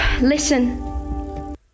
Listen